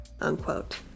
unquote